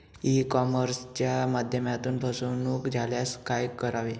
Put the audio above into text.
E कॉमर्सच्या माध्यमातून फसवणूक झाल्यास काय करावे?